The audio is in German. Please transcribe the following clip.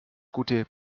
gute